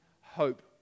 hope